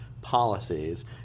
policies